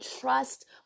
trust